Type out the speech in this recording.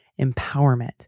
empowerment